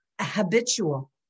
habitual